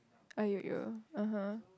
!aiyoyo! (uh huh)